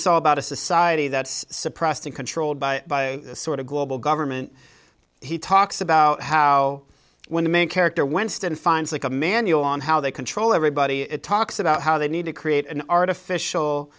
is all about a society that's suppressed and controlled by this sort of global government he talks about how when the main character winston finds like a manual on how they control everybody it talks about how they need to create an artificial